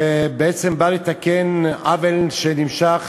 שבעצם באה לתקן עוול שנמשך